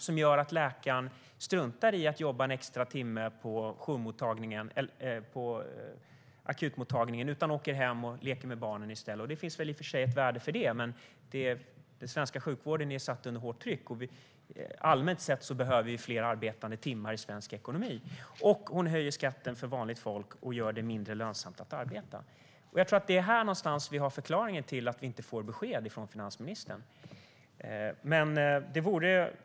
Det gör att läkaren struntar i att jobba en extra timme på akutmottagningen och åker hem och leker med barnen i stället. Det finns i och för sig ett värde i det, men den svenska sjukvården är satt under hårt tryck. Allmänt sett behöver vi fler arbetade timmar i svensk ekonomi. Och finansministern höjer skatten för vanligt folk och gör det mindre lönsamt att arbeta! Det är här någonstans som förklaringen finns till att vi inte får besked från finansministern.